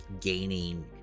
gaining